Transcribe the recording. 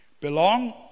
belong